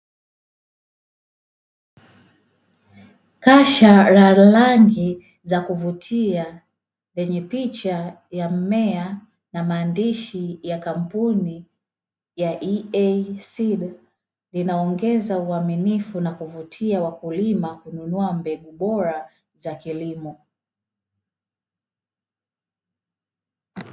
Kasha la rangi za kuvutia, lenye picha ya mmea na maandishi ya kampuni ya "EASEED", inaongeza uaminifu na kuvutia kwa wakulima kununua mbegu bora za kilimo.